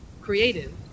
creative